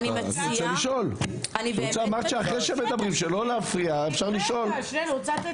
אני רוצה לשמוע את חבר הכנסת אופיר סופר.